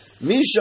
Misha